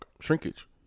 Shrinkage